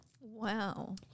Wow